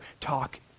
talk